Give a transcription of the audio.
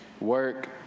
work